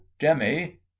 jemmy